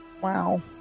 Wow